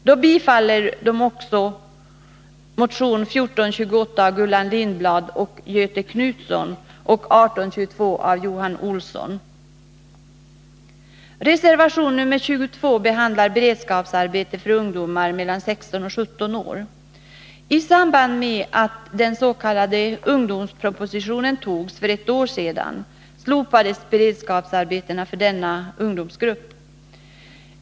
Då bifaller de också motion 1428 av Gullan Lindblad och Göthe Knutson och 1822 av Johan Olsson. I samband med att den s.k. ungdomspropositionen togs för ett år sedan slopades beredskapsarbetena för denna åldersgrupp.